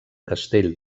castell